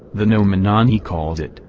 the noumenon he calls it,